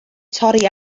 torri